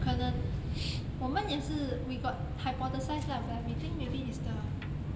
可能我们也是 we got hypothesise lah like we think maybe is the